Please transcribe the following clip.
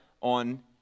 on